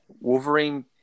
Wolverine